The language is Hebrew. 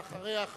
ואחריה,